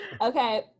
Okay